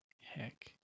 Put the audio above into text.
Heck